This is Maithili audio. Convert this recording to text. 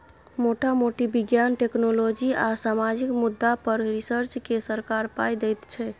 मोटा मोटी बिज्ञान, टेक्नोलॉजी आ सामाजिक मुद्दा पर रिसर्च केँ सरकार पाइ दैत छै